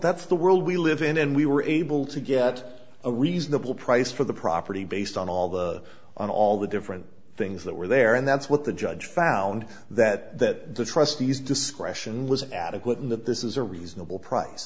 that's the world we live in and we were able to get a reasonable price for the property based on all the on all the different things that were there and that's what the judge found that that the trustees discretion was adequate in that this is a reasonable price